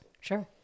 Sure